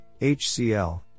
HCL